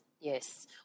yes